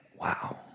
Wow